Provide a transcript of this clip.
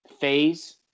phase